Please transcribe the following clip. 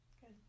good